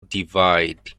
divide